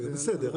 בסדר,